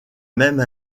même